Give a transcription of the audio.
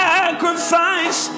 sacrifice